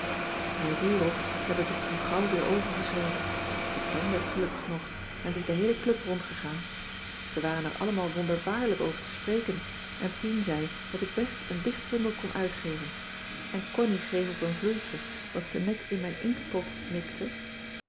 bij rurop heb ik het toen gauw weer overgeschreven ik kende het gelukkig nog en t is de heele club rondgegaan ze waren er allemaal wonderbaarlijk over te spreken en pien zei dat ik best een dichtbundel kon uitgeven en connie schreef op een vloeitje wat ze net in mijn inktpot mikte